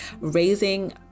raising